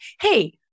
Hey